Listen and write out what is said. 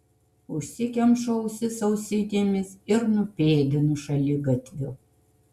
užsikemšu ausis ausinėmis ir nupėdinu šaligatviu